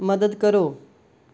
ਮਦਦ ਕਰੋ